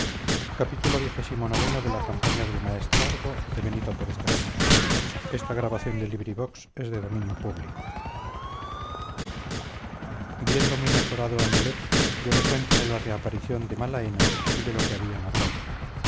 viendo muy mejorado a nelet diole cuenta de la reaparición de malaena y de lo que habían hablado